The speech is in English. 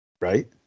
Right